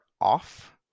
off